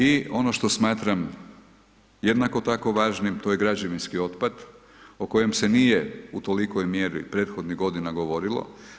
I ono što smatram jednako tako važnim, to je građevinski otpad, o kojem se nije u tolikoj mjeri prethodnih godina govorilo.